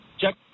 Jack